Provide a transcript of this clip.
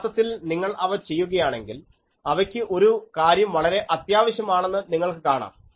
യഥാർത്ഥത്തിൽ നിങ്ങൾ അവ ചെയ്യുകയാണെങ്കിൽ അവയ്ക്ക് ഒരു കാര്യം വളരെ അത്യാവശ്യമാണെന്ന് നിങ്ങൾക്ക് കാണാം